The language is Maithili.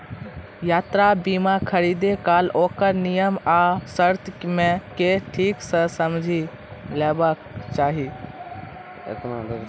यात्रा बीमा खरीदै काल ओकर नियम आ शर्त कें ठीक सं समझि लेबाक चाही